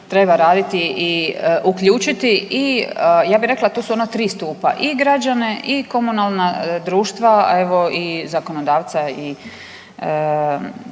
treba raditi i uključiti i ja bih rekla tu su ona tri stupa i građane, i komunalna društva a evo i zakonodavca i